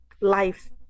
life